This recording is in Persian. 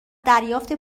دریافت